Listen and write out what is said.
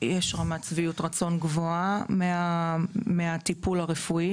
יש רמת שביעות רצון גדולה מהטיפול הרפואי